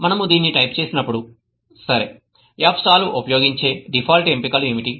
మనము దీన్ని టైప్ చేసినప్పుడు సరే fsolve ఉపయోగించే డిఫాల్ట్ ఎంపికలు ఏమిటి